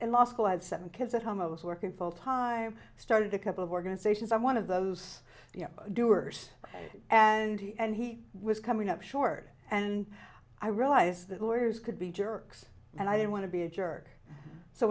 in law school i had seven kids that homos working full time started a couple of organizations i'm one of those doers and he and he was coming up short and i realized that lawyers could be jerks and i didn't want to be a jerk so